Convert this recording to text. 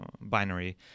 binary